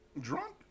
drunk